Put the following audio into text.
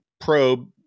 probe